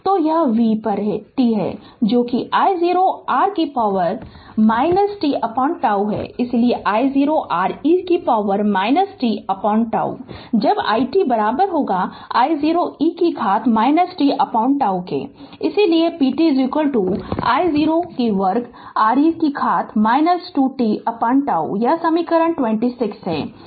तो यह V पर t है जो कि I0 R e से शक्ति t τ है इसलिए I0 R e से शक्ति t τ जब i t I0 e से घात t τ इसलिए p t I0 वर्ग R e से घात 2 t τ यह समीकरण 26 है